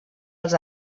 als